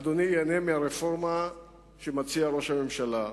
אדוני, ייהנה מהרפורמה שמציע ראש הממשלה?